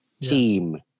Team